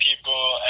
people